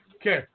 Okay